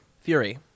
Fury